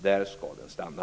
Där skall den stanna!